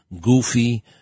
goofy